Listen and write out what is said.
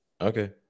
Okay